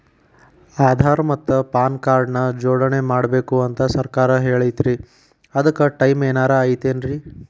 ಆಧಾರ ಮತ್ತ PAN card ನ ಜೋಡಣೆ ಮಾಡ್ಬೇಕು ಅಂತಾ ಸರ್ಕಾರ ಹೇಳೈತ್ರಿ ಅದ್ಕ ಟೈಮ್ ಏನಾರ ಐತೇನ್ರೇ?